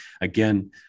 again